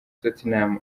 tottenham